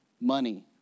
money